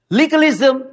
legalism